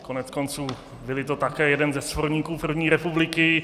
Koneckonců byli také jedním ze svorníků první republiky.